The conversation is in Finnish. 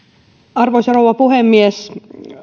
arvoisa rouva puhemies